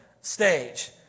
stage